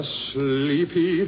sleepy